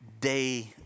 day